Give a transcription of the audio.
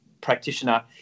practitioner